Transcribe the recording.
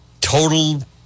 total